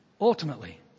ultimately